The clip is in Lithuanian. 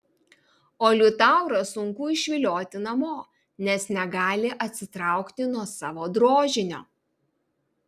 o liutaurą sunku išvilioti namo nes negali atsitraukti nuo savo drožinio